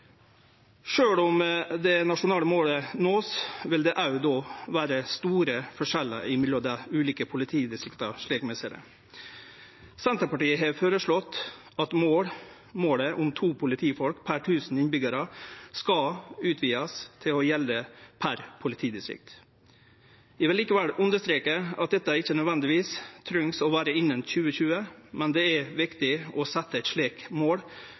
om det nasjonale målet vert nådd, vil det òg då vere store forskjellar mellom dei ulike politidistrikta, slik vi ser det. Senterpartiet har føreslått at målet om to politifolk per tusen innbyggjarar skal utvidast til å gjelde per politidistrikt. Eg vil likevel understreke at dette ikkje nødvendigvis treng å vere innan 2020, men det er viktig å setje eit slikt mål